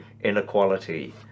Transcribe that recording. inequality